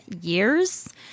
years